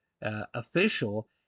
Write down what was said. official